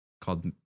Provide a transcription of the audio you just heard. called